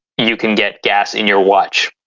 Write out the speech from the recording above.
you can get gas in your watch.